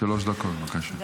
שלוש דקות, בבקשה.